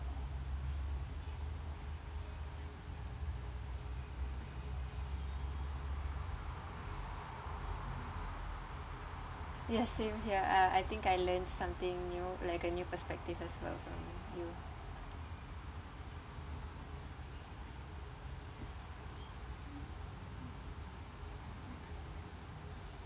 yes same here uh I think I learnt something new like a new perspective as well from you